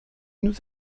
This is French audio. nous